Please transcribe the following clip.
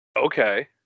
Okay